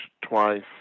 twice